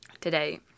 Today